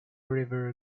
river